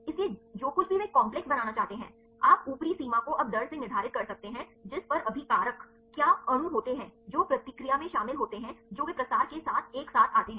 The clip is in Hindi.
इसलिए जो कुछ भी वे एक काम्प्लेक्स बनाना चाहते हैं आप ऊपरी सीमा को अब दर से निर्धारित कर सकते हैं जिस पर अभिकारक क्या अणु होते हैं जो प्रतिक्रिया में शामिल होते हैं जो वे प्रसार के साथ एक साथ आते हैं